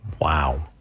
Wow